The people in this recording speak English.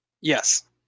Yes